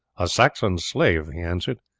a saxon slave, he answered.